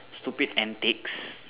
stupid antics